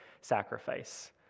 sacrifice